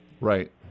Right